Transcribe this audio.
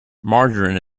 margarine